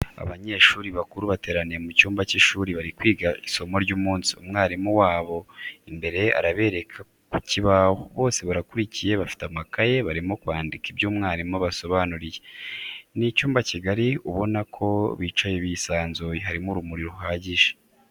Abanyeshuri bakuru bateraniye mu cyumba cy'ishuri bari kwiga isomo ry'umunsi, umwalimu wabo ari imbere arabereka ku kibaho, bose barakurikiye bafite amakaye barimo kwandika ibyo umwalimu abasobanuriye. Ni icyumba kigari ubona ko bicaye bisanzuye, harimo urumuri ruhagije.